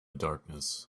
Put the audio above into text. darkness